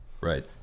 Right